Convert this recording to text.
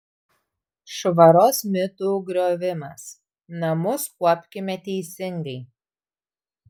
švaros mitų griovimas namus kuopkime teisingai